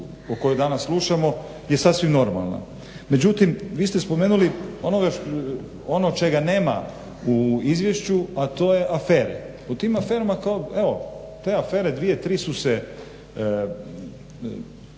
o kojoj danas slušamo je sasvim normalna. Međutim, vi ste spomenuli ono čega nema u izvješću a to je afere. U tim aferama kao, te afere dvije, tri su se